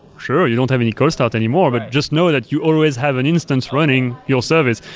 sure, you don't have any cold start anymore, but just know that you always have an instance running your service.